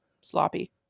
sloppy